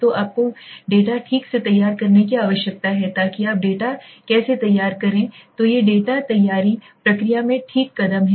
तो आपको डेटा ठीक से तैयार करने की आवश्यकता है ताकि आप डेटा कैसे तैयार करें तो ये डेटा तैयारी प्रक्रिया में ठीक कदम हैं